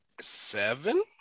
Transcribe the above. seven